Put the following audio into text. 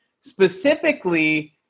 specifically